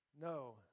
no